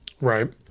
Right